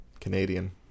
Canadian